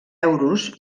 euros